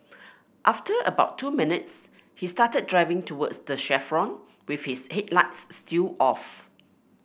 after about two minutes he started driving towards the chevron with his headlights still off